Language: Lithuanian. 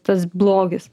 tas blogis